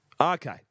Okay